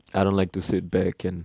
I don't like to sit back and